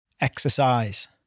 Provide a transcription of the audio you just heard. Exercise